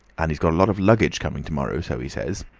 and he's got a lot of luggage coming to-morrow, so he says.